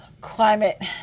Climate